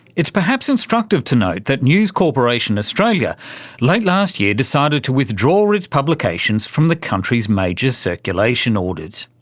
it's perhaps instructive to note that news corp australia late last year decided to withdraw its publications from the country's major circulation audit.